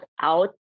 out